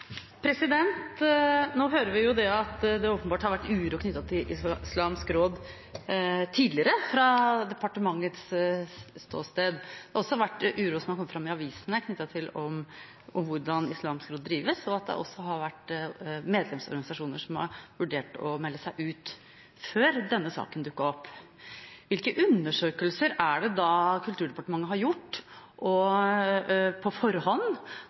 åpenbart har vært uro knyttet til Islamsk Råd Norge tidligere. Det har også vært uro som har kommet fram i avisene, knyttet til hvordan Islamsk Råd Norge drives, og det har vært medlemsorganisasjoner som har vurdert å melde seg ut før denne saken dukket opp. Hvilke undersøkelser er det Kulturdepartementet da har gjort på forhånd, og hvordan kunne en være sikker på